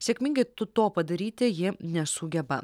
sėkmingai tu to padaryti ji nesugeba